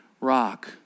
rock